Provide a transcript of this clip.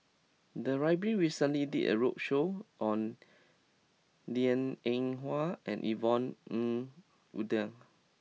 the library recently did a roadshow on Liang Eng Hwa and Yvonne Ng Uhde